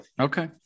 Okay